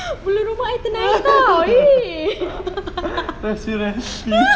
bulu roma I ternaik [tau] !ee!